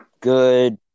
good